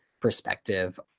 perspective